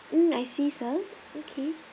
mm I see sir okay